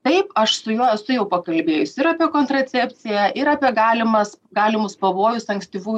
taip aš su juo esu jau pakalbėjus ir apie kontracepciją ir apie galimas galimus pavojus ankstyvų